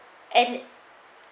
and